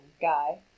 guy